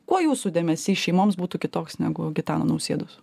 kuo jūsų dėmesys šeimoms būtų kitoks negu gitano nausėdos